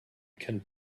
can